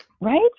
Right